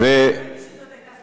אני רוצה לעשות משהו שלא נהוג,